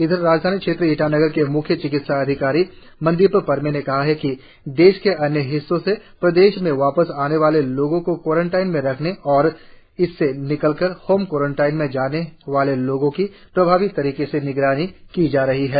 इधर राजधानी क्षेत्र ईटानगर में मुख्य चिकित्सा अधिकारी मनदीप परमें ने कहा है कि देश के अन्य हिस्सों से प्रदेश में वापस आने वाले लोगों को क्वारेंटिन में रखने और इससे निकलकर होम क्वारेंटिन में जाने वाले लोगों की प्रभावी तरीके से निगरानी किये जा रही है